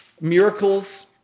miracles